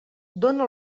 dóna